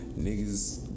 niggas